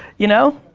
you know.